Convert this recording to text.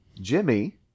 jimmy